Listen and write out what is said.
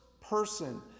person